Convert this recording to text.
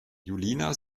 julina